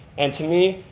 and to me,